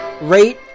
rate